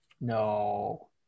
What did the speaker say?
No